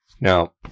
Now